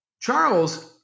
Charles